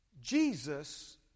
Jesus